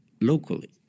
locally